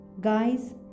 Guys